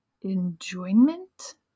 enjoyment